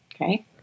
Okay